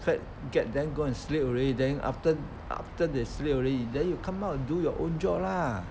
fet~ get them go and sleep already then after after they sleep already then you come out and do your own job lah